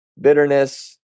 bitterness